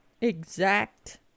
exact